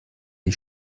die